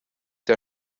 der